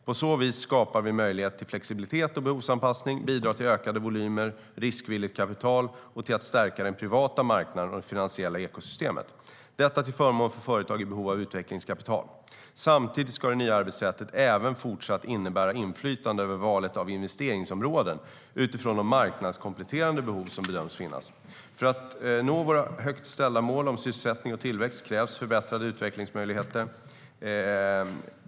På så vis skapar vi möjligheter till flexibilitet och behovsanpassning och bidrar till ökade volymer riskvilligt kapital och till att stärka den privata marknaden och det finansiella ekosystemet - detta till förmån för företag i behov av utvecklingskapital. Samtidigt ska det nya arbetssättet även fortsatt innebära inflytande över valet av investeringsområden utifrån de marknadskompletterande behov som bedöms finnas. För att nå våra högt ställda mål om sysselsättning och tillväxt krävs förbättrade utvecklingsförutsättningar.